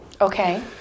Okay